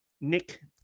Nick